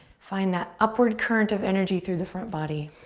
find that upward current of energy through the front body.